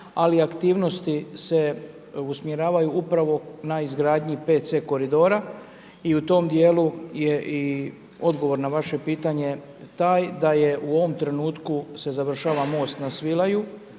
ali aktivnosti se usmjeravaju upravo na izgradnji PC koridora i u tom dijelu je i odgovor na vaše pitanje taj, da je u ovom trenutku se završava most na Svilaju,